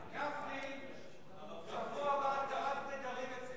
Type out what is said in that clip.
גפני, שבוע הבא התרת נדרים אצלי